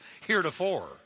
heretofore